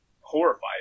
horrified